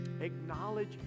Acknowledge